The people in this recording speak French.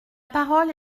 parole